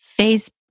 Facebook